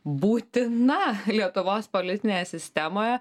būtina lietuvos politinėje sistemoje